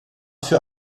für